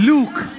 Luke